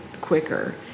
quicker